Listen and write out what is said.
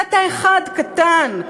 קטע אחד קטן.